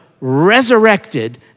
resurrected